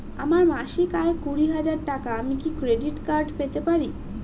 আমার মাসিক আয় কুড়ি হাজার টাকা আমি কি ক্রেডিট কার্ড পেতে পারি?